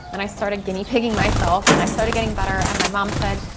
and i started guinea pigging myself, and i started getting better. and my mom said,